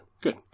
good